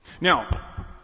Now